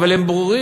אבל הם ברורים,